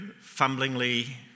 fumblingly